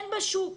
אין בשוק.